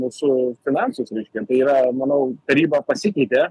mūsų finansus reikšia tai yra manau taryba pasikeitė